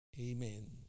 Amen